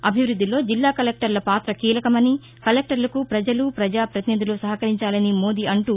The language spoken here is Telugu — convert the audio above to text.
అభివృద్ధిలో జిల్లా కలెక్టర్ల పాత కీలకమని కలెక్టర్లకు ప్రజలు ప్రజాపతినిధులు సహకరించాలని మోదీ అంటూ